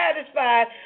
satisfied